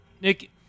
Nick